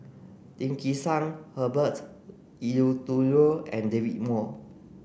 Lim Kim San Herbert Eleuterio and David Wong